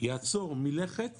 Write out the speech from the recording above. יעצור מלכת